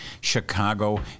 Chicago